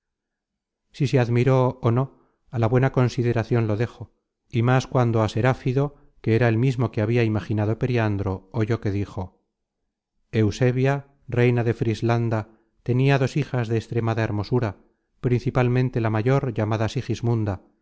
si se admiró ó no á la buena consideracion lo dejo y más cuando á seráfido que era el mismo que habia imaginado periandro oyó que dijo eusebia reina de frislanda tenia dos hijas de extremada hermosura principalmente la mayor llamada